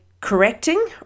correcting